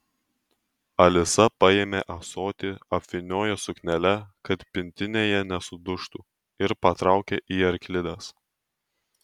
alisa paėmė ąsotį apvyniojo suknele kad pintinėje nesudužtų ir patraukė į arklides